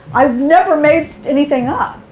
i've never made anything up.